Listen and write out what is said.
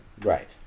Right